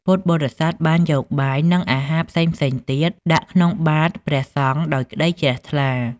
ពុទ្ធបរិស័ទបានយកបាយ និងអាហារផ្សេងៗទៀតដាក់ក្នុងបាត្រព្រះសង្ឃដោយក្ដីជ្រះថ្លា។